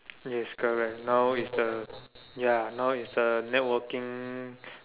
yes correct now is the ya now it's the networking